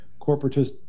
corporatist